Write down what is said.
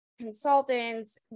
consultants